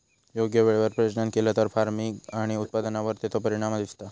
योग्य वेळेवर प्रजनन केला तर फार्मिग आणि उत्पादनावर तेचो परिणाम दिसता